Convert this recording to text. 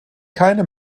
keine